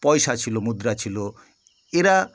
পয়সা ছিলো মুদ্রা ছিলো এরা